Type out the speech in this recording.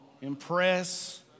impress